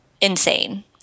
insane